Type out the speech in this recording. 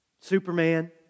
Superman